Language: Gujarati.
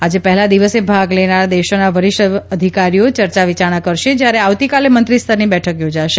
આજે પહેલા દિવસે ભાગ લેનાર દેશોના વરિષ્ઠ અધિકારીઓ ચર્ચા વિચારણા કરશે જ્યારે આવતીકાલે મંત્રી સ્તરની બેઠક યોજાશે